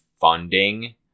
funding